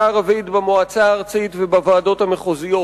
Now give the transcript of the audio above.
הערבית במועצה הארצית ובוועדות המחוזיות,